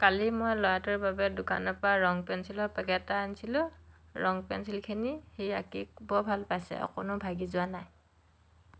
কালি মই ল'ৰাটোৰ বাবে দোকানৰপৰা ৰং পেঞ্চিলৰ পেকেট এটা আনিছিলোঁ ৰং পেঞ্চিলখিনি সি আঁকি বৰ ভাল পাইছে অকণো ভাঙি যোৱা নাই